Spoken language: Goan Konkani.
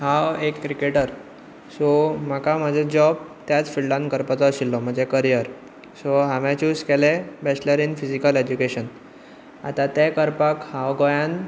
हांव एक क्रिकेटर सो म्हाका म्हजें जॉब त्याच फिल्डान करपाचो आशिल्लो म्हजें करियर सो हांवें च्युज केलें बॅचलर इन फिजिकल एज्युकेशन आतां तें करपाक हांव गोंयान